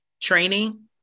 training